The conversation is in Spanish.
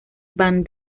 van